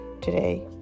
today